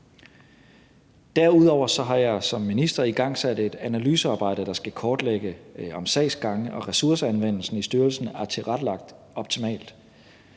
Derudover har jeg som minister igangsat et analysearbejde, der skal kortlægge, om sagsgangene og ressourceanvendelsen i styrelsen er tilrettelagt optimalt.